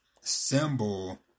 symbol